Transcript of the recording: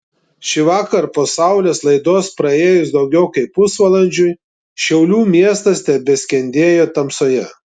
šįvakar po saulės laidos praėjus daugiau kaip pusvalandžiui šiaulių miestas tebeskendėjo tamsoje